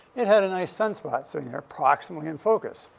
it had a nice sunspot sitting there, approximately in focus.